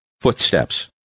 Footsteps